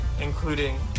including